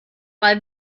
mal